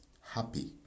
happy